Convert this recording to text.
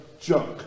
junk